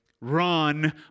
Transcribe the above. run